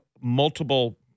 multiple